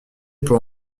pour